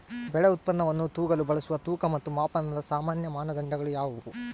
ಬೆಳೆ ಉತ್ಪನ್ನವನ್ನು ತೂಗಲು ಬಳಸುವ ತೂಕ ಮತ್ತು ಮಾಪನದ ಸಾಮಾನ್ಯ ಮಾನದಂಡಗಳು ಯಾವುವು?